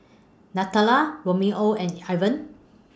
Nathalia Romeo and Evan